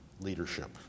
leadership